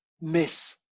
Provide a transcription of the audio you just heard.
miss